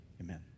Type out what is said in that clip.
Amen